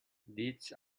deeds